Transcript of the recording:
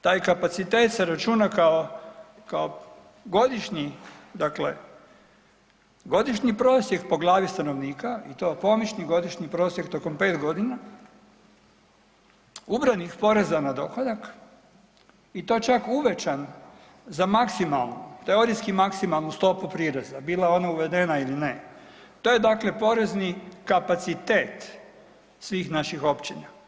Taj kapacitet se računa kao, kao godišnji, dakle godišnji prosjek po glavi stanovnika i to pomični godišnji prosjek tokom 5.g. ubranih poreza na dohodak i to čak uvećan za maksimalnu, teorijski maksimalnu stopu prireza, bila ona uvedena ili ne, to je dakle porezni kapacitet svih naših općina.